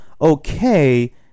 okay